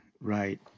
right